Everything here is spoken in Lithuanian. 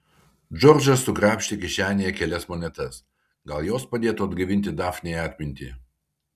džordžas sukrapštė kišenėje kelias monetas gal jos padėtų atgaivinti dafnei atmintį